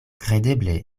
kredeble